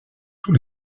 tous